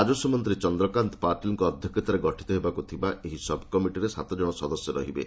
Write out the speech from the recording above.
ରାଜସ୍ୱମନ୍ତ୍ରୀ ଚନ୍ଦ୍ରକାନ୍ତ ପାତିଲଙ୍କ ଅଧ୍ୟକ୍ଷତାରେ ଗଠିତ ହେବାକୁ ଥିବା ଏହି ସବ୍କମିଟିର ସାତଜଣ ସଦସ୍ୟ ରହିବେ